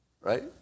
right